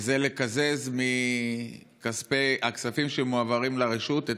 וזה לקזז מהכספים שמועברים לרשות את